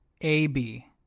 A-B